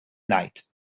night